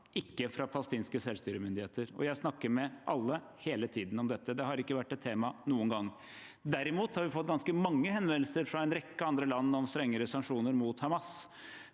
ikke fra palestinske selvstyremyndigheter. Jeg snakker med alle om dette, hele tiden. Det har ikke vært et tema noen gang. Derimot har vi fått ganske mange henvendelser fra en rekke andre land om strengere sanksjoner mot Hamas,